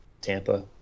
Tampa